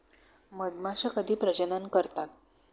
मधमाश्या कधी प्रजनन करतात?